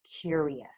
curious